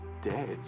dead